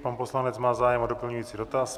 Pan poslanec má zájem o doplňující dotaz.